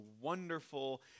wonderful